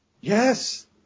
yes